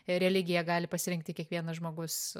religiją gali pasirinkti kiekvienas žmogus